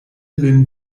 lin